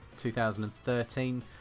2013